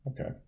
okay